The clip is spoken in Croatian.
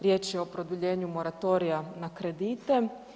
Riječ je o produljenju moratorija na kredite.